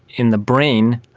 in the brain,